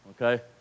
okay